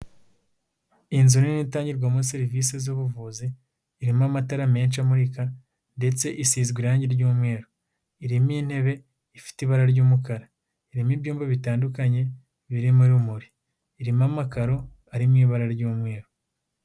Inzu nini itangirwamo serivisi z'ubuvuzi, irimo amatara menshi amurika ndetse isizwe irangi ry'umweru, irimo intebe ifite ibara ry'umukara, irimo ibyumba bitandukanye birimo urumuri, irimo amakaro ari mu ibara ry'umweru.